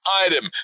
item